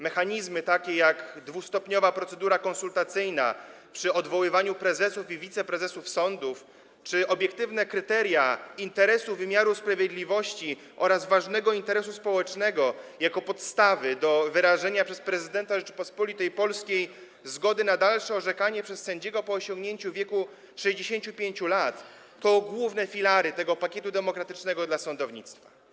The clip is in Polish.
Mechanizmy takie jak dwustopniowa procedura konsultacyjna przy odwoływaniu prezesów i wiceprezesów sądów czy obiektywne kryteria interesu wymiaru sprawiedliwości oraz ważnego interesu społecznego jako podstawy do wyrażenia przez prezydenta Rzeczypospolitej Polskiej zgody na dalsze orzekanie przez sędziego po osiągnięciu wieku 65 lat to główne filary tego pakietu demokratycznego dla sądownictwa.